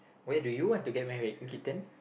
where do you want to get married Keaton